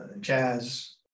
jazz